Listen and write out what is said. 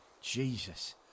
Jesus